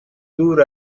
دور